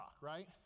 right